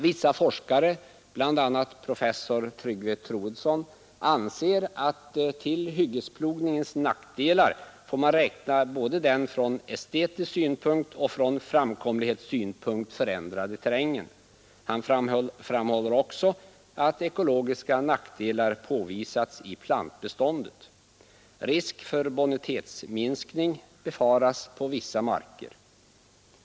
Vissa forskare, bl.a. professor Tryggve Troedsson, anser att till hyggesplogningens nackdelar får man räkna den både från estetisk synpunkt och från framkomlighetssynpunkt förändrade terrängen. Han framhåller också att ekologiska nackdelar påvisats i plantbeståndet. Risk för bonitetsminskning befaras på vissa marker.